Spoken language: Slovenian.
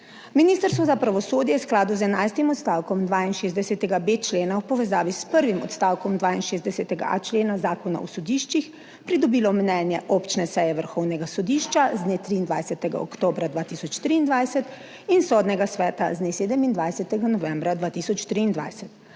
Ministrstvo za pravosodje je v skladu z enajstim odstavkom 62.b člena v povezavi s prvim odstavkom 62. člena Zakona o sodiščih pridobilo mnenje občne seje Vrhovnega sodišča z dne 23. oktobra 2023 in Sodnega sveta z dne 27. novembra 2023.